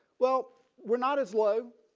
well we're not as low.